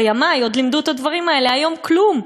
בימי עוד לימדו את הדברים האלה, היום כלום.